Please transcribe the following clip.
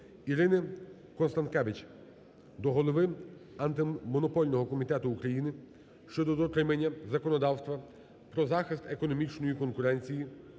Ірини Констанкевич до голови Антимонопольного комітету України щодо дотримання законодавства про захист економічної конкуренції